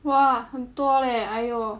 !wah! 很多 leh !aiyo!